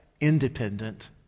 independent